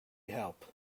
help